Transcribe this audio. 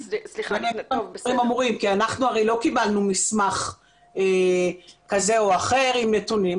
אנחנו הרי לא קיבלנו מסמך כזה או אחר עם נתונים,